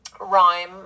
rhyme